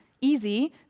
easy